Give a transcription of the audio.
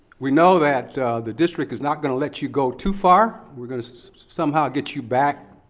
we know that the district is not gonna let you go too far. we're gonna somehow get you back